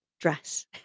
dress